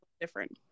different